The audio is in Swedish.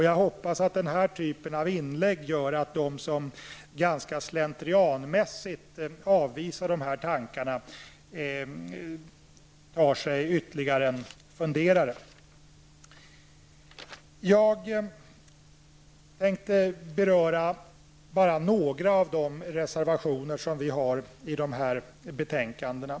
Jag hoppas att denna typ av inlägg gör att de som slentrianmässigt avvisar dessa tankar tar sig ytterligare en funderare. Jag tänkte beröra några av de reservationer som vi har fogade till betänkandena.